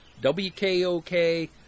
WKOK